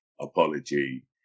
apology